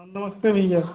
नमस्ते भैया